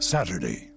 Saturday